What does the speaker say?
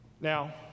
Now